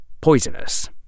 poisonous